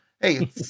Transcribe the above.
hey